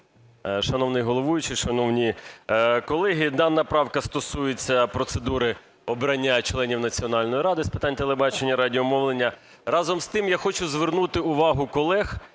Шановний головуючий, шановні колеги! Дана правка стосується процедури обрання членів Національної ради з питань телебачення і радіомовлення. Разом з тим я хочу звернути увагу колег,